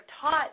taught